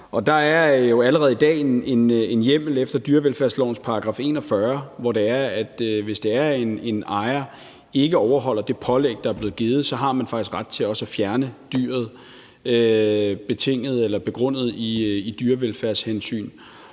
Der er jo allerede i dag en hjemmel efter dyrevelfærdslovens § 41, hvorefter man, hvis det er, at en ejer ikke overholder det pålæg, der er blevet givet, faktisk også har ret til at fjerne dyret, begrundet i dyrevelfærdshensyn.